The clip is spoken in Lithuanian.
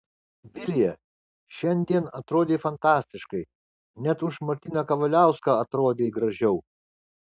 vilija šiandien atrodei fantastiškai net už martyną kavaliauską atrodei gražiau